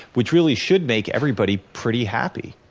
which really should make everybody pretty happy,